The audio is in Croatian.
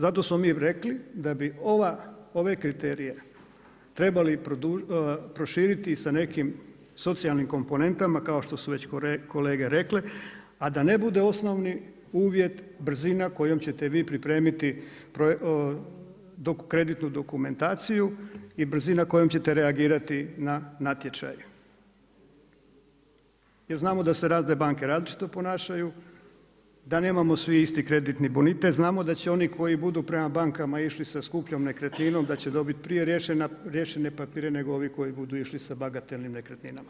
Zato smo mi rekli da bi ove kriterije trebali proširiti sa nekim socijalnim komponentima, kao što su već kolege rekle, a da ne bude osnovni uvjet brzina kojom ćete vi pripremiti kreditnu dokumentaciju i brzina kojom ćete reagirati na natječaju, jer znamo da se razne banke različito ponašaju, da nemamo svi isti kreditni bonitet, znamo da će oni koji budu prema bankama išli sa skupljom nekretninom, da će dobiti prije rješenje papire nego ovi koji budu išli sa bagatelnim nekretninama.